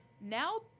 now